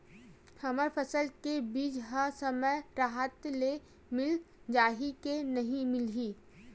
हमर फसल के बीज ह समय राहत ले मिल जाही के नी मिलही?